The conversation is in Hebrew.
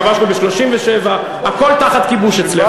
כבשנו ב-37' כל השטחים שכבשת,